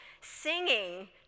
singing